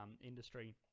Industry